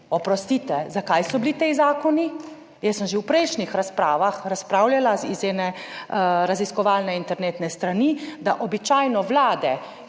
Oprostite, zakaj so bili ti zakoni? Jaz sem že v prejšnjih razpravah razpravljala iz ene raziskovalne internetne strani, da običajno vlade,